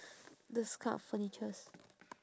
those kind of furnitures